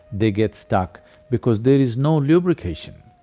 they get stuck because there is no lubrication.